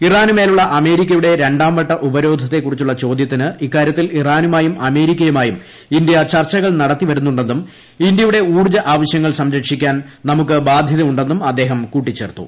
ഇറാനുമേലുള്ള അമേരിക്കയുടെ രണ്ടാംവട്ട ഉപരോധത്തെക്കുറിച്ചുള്ള ചോദൃത്തിന് ഇക്കാരൃത്തിൽ ഇറാനുമായും അമേരിക്കയുമായും ഇന്തൃ ചർച്ചകൾ നടത്തിവരുന്നുണ്ടെന്നും ഇന്തൃയുടെ ഉൌർജ്ജ ആവശ്യങ്ങൾ സംരക്ഷിക്കാൻ നമുക്ക് ബാധൃത ഉണ്ടെന്നും അദ്ദേഹം കൂട്ടിച്ചേർത്തു